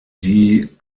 die